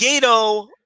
Gato